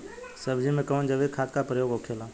सब्जी में कवन जैविक खाद का प्रयोग होखेला?